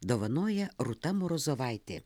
dovanoja rūta morozovaitė